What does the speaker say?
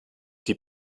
die